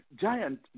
giant